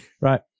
Right